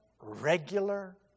regular